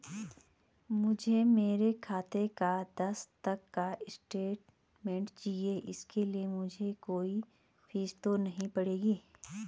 मुझे मेरे खाते का दस तक का स्टेटमेंट चाहिए इसके लिए मुझे कोई फीस तो नहीं पड़ेगी?